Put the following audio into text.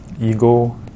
ego